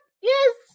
yes